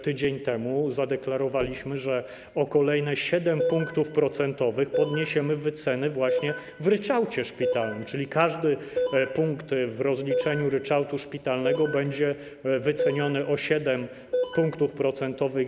Tydzień temu zadeklarowaliśmy, że o 7 kolejnych punktów procentowych podniesiemy wyceny właśnie w ryczałcie szpitalnym, czyli każdy punkt w rozliczeniu ryczałtu szpitalnego będzie wyceniony o 7 punktów procentowych.